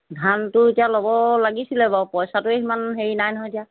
ধানটো এতিয়া ল'ব লাগিছিলে বাৰু পইচাটোহে সিমান হেৰি নাই নহয় এতিয়া